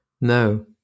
No